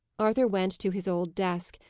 arthur went to his old desk,